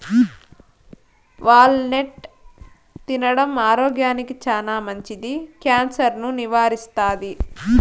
wall నట్ తినడం ఆరోగ్యానికి చానా మంచిది, క్యాన్సర్ ను నివారిస్తాది